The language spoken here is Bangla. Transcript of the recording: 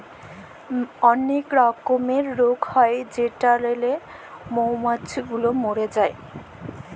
ম্যালা রকমের রগ হ্যয় যেটরলে মমাছি গুলা ম্যরে যায়